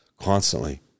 constantly